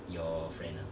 your friend ah